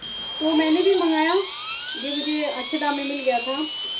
تو میں نے بھی منگایا یہ مجھے اچھے دام میں مل گیا تھا